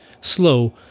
slow